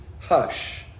Hush